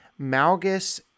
Malgus